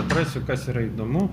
atrasiu kas yra įdomu